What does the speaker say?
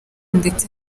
ndetse